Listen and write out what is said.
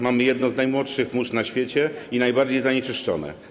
Mamy jedno z najmłodszych mórz na świecie i najbardziej zanieczyszczone.